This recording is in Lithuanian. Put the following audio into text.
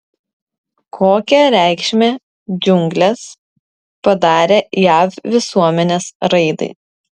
kokią reikšmę džiunglės padarė jav visuomenės raidai